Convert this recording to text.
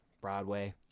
Broadway